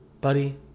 buddy